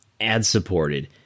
ad-supported